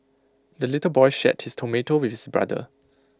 the little boy shared his tomato with his brother